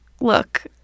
look